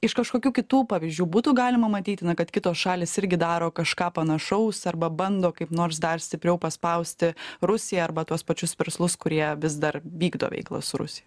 iš kažkokių kitų pavyzdžių būtų galima matyti na kad kitos šalys irgi daro kažką panašaus arba bando kaip nors dar stipriau paspausti rusiją arba tuos pačius verslus kurie vis dar vykdo veiklas rusij